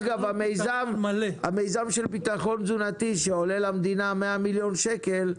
אגב המיזם של הביטחון התזונתי שעולה למדינה 100 מיליון שקל,